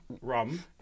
rum